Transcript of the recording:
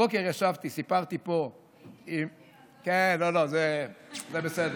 הבוקר ישבתי, אני יודעת, הייתי בכספים.